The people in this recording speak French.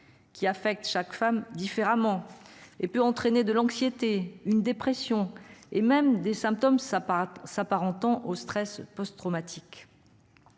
Qui affecte chaque femme différemment et peut entraîner de l'anxiété une dépression et même des symptômes, ça s'apparentant au stress post-traumatique.